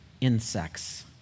insects